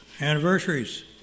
Anniversaries